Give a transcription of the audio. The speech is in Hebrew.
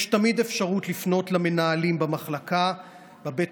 יש תמיד אפשרות לפנות למנהלים במחלקה בבית